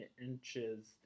inches